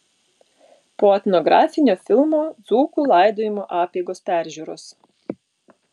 po etnografinio filmo dzūkų laidojimo apeigos peržiūros